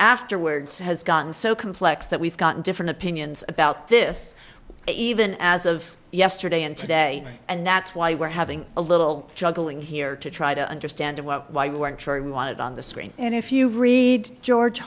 afterwards has gotten so complex that we've gotten different opinions about this even as of yesterday and today and that's why we're having a little juggling here to try to understand why we weren't sure we wanted on the screen and if you read george